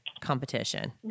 competition